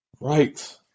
Right